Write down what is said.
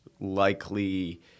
likely